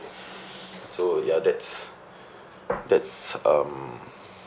so ya that's that's um